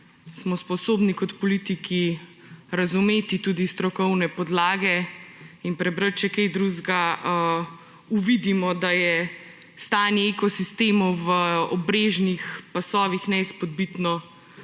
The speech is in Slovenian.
smo sposobno kot politi razumeti tudi strokovne podlage in prebrati še kaj drugega, uvidimo, da je stanje ekosistemov v obrežnih pasovih neizpodbitno